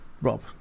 Rob